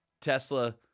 Tesla